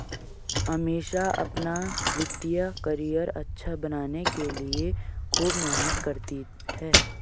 अमीषा अपना वित्तीय करियर अच्छा बनाने के लिए खूब मेहनत करती है